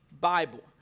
Bible